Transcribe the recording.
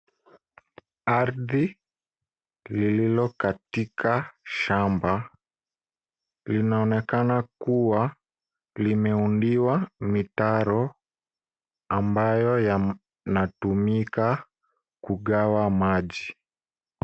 Aridhini lililo katika shamba. Linaonekana kuwa limeundiwa mitaro ambayo yanatumika kukawa maji.